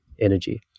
energy